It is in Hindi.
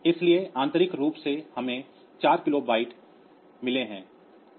इसलिए आंतरिक रूप से हमें 4 किलोबाइट मिले हैं